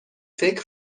فکر